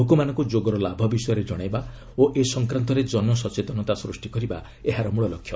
ଲୋକମାନଙ୍କୁ ଯୋଗର ଲାଭ ବିଷୟରେ ଜଣାଇବା ଓ ଏ ସଂକ୍ରାନ୍ତରେ ଜନସଚେତନତା ସୃଷ୍ଟି କରିବା ଏହାର ମୂଳଲକ୍ଷ୍ୟ